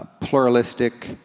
pluralistic,